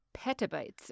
petabytes